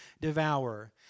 devour